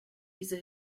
diese